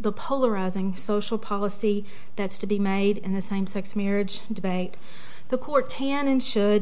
the polarizing social policy that's to be made in the same sex marriage debate the court tannin should